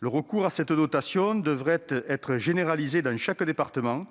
Le recours à cette dotation devrait être généralisé dans chaque département,